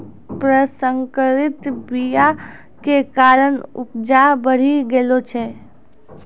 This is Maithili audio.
प्रसंकरित बीया के कारण उपजा बढ़ि गेलो छै